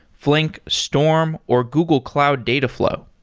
flink, storm or google cloud dataflow.